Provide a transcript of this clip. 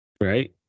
Right